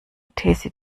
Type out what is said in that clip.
these